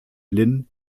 linn